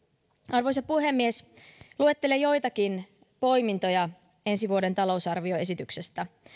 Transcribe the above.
arvoisa puhemies luettelen joitakin poimintoja ensi vuoden talousarvioesityksestä